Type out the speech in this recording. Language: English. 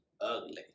Ugly